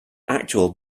actual